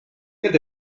keelt